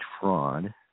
fraud